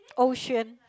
ou-xuan